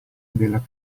della